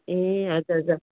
ए हजुर हजुर